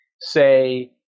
say